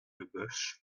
leboeuf